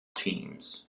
teams